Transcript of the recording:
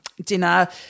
dinner